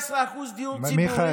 17% דיור ציבורי.